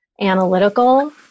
analytical